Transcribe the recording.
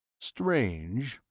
strange,